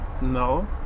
No